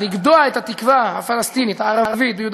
לגדוע את התקווה הפלסטינית הערבית ביהודה